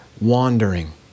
wandering